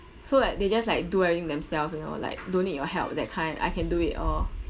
so like they just like do everything themselves you know like don't need your help that kind I can do it all